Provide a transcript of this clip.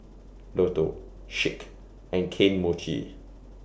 Lotto Schick and Kane Mochi